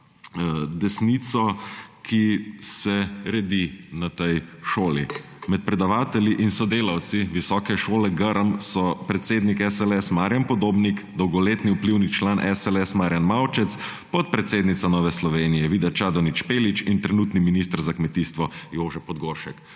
desnico, ki se redi na tej šoli. Med predavatelji in sodelavci Visoke šole Grm so predsednik SLS Marjan Podobnik, dolgoletni vplivni član SLS Marjan Maučec, podpredsednica Nove Slovenije Vida Čadonič Špelič in trenutni minister za kmetijstvo Jože Podgoršek.